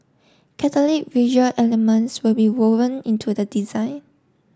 catholic visual elements will be woven into the design